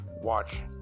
watch